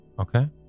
Okay